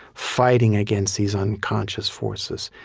fighting against these unconscious forces.